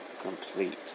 complete